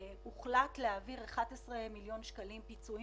הוחלט להעביר 11 מיליון שקלים פיצויים